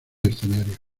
escenario